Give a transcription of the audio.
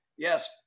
Yes